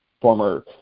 former